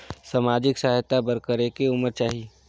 समाजिक सहायता बर करेके उमर चाही?